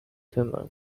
framework